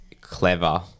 clever